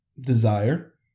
desire